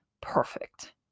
perfect